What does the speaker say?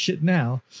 now